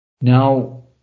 Now